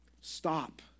stop